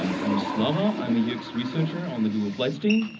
um i'm slava, um yeah researcher on the google flights team,